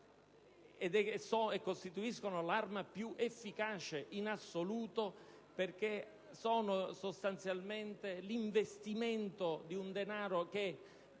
e costituiscono l'arma più efficace in assoluto perché riconducibili sostanzialmente all'investimento di un denaro